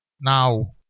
now